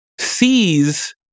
sees